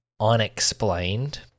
unexplained